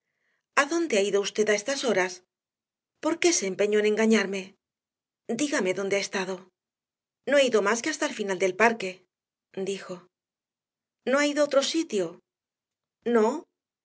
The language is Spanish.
reprenderla adónde ha ido usted a estas horas por qué se empeñó en engañarme dígame dónde ha estado no he ido más que hasta el final del parque dijo no ha ido a otro sitio no